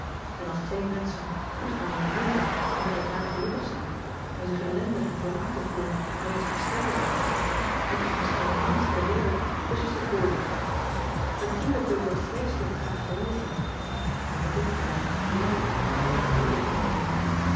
n als twee menschen goed harmonieeren en met elkaar gelukkig zijn en zich ellendig en verlaten voelen wanner ze gescheiden zijn moeten ze misschien wel niets ter wereld tusschen zich dulden atuurlijk wil ik dat vreeselijk graag gelooven maar ik had ook graag ean ebster adertje angbeen